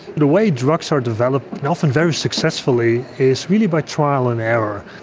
the way drugs are developed, and often very successfully, is really by trial and error.